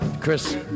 Chris